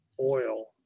oil